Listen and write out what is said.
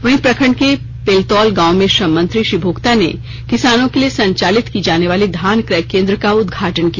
वहीं प्रखंड के पेलतौल गांव में श्रम मंत्री श्री भोक्ता ने किसानों के लिए संचालित की जाने वाली धान क्रय केंद्र का उदघाटन किया